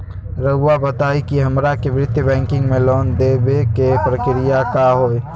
रहुआ बताएं कि हमरा के वित्तीय बैंकिंग में लोन दे बे के प्रक्रिया का होई?